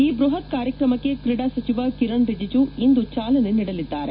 ಈ ಬೃಹತ್ ಕಾರ್ಯಕ್ರಮಕ್ಕೆ ಕ್ರೀಡಾ ಸಚಿವ ಕಿರಣ್ ರಿಜಿಜು ಇಂದು ಚಾಲನೆ ನೀಡಲಿದ್ದಾರೆ